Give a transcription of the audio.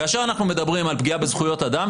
כאשר אנחנו מדברים על פגיעה בזכויות אדם,